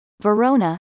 Verona